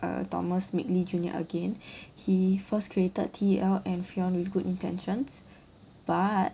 uh thomas midgley junior again he first created T_E_L and freon with good intentions but